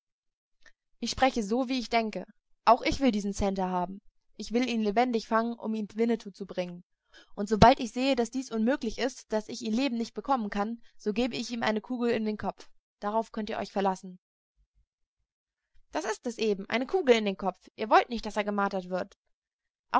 ich spreche so wie ich denke auch ich will diesen santer haben ich will ihn lebendig fangen um ihn winnetou zu bringen und sobald ich sehe daß dies unmöglich ist daß ich ihn lebend nicht bekommen kann so gebe ich ihm eine kugel in den kopf darauf könnt ihr euch verlassen daß ist es eben eine kugel in den kopf ihr wollt nicht daß er gemartert werden